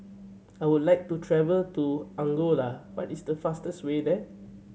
I would like to travel to Angola what is the fastest way there